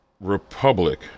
Republic